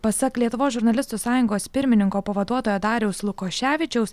pasak lietuvos žurnalistų sąjungos pirmininko pavaduotojo dariaus lukoševičiaus